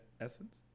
essence